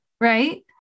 Right